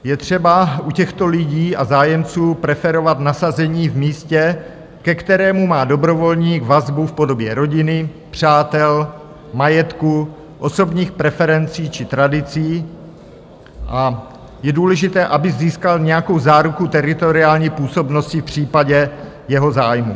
Je třeba u těchto lidí a zájemců preferovat nasazení v místě, ke kterému má dobrovolník vazbu v podobě rodiny, přátel, majetku, osobních preferencí či tradicí, a je důležité, aby získal nějakou záruku teritoriální působnosti v případě jeho zájmu.